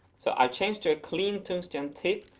so i changed to a clean tungsten tip,